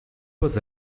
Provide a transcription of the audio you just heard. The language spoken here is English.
was